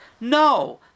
No